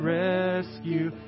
rescue